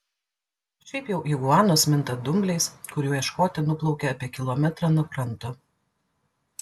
šiaip jau iguanos minta dumbliais kurių ieškoti nuplaukia apie kilometrą nuo kranto